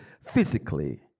physically